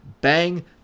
bang